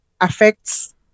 affects